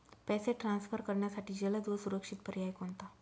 पैसे ट्रान्सफर करण्यासाठी जलद व सुरक्षित पर्याय कोणता?